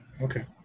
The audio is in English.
Okay